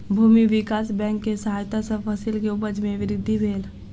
भूमि विकास बैंक के सहायता सॅ फसिल के उपज में वृद्धि भेल